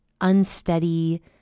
unsteady